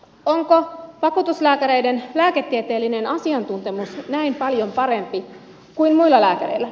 onko vakuutuslääkäreiden lääketieteellinen asiantuntemus näin paljon parempi kuin muilla lääkäreillä